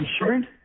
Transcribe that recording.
insurance